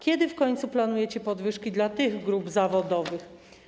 Kiedy w końcu planujecie podwyżki dla tych grup zawodowych?